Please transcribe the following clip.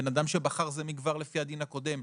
בן אדם שבחר זה מכבר לפי הדין הקודם.